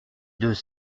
deux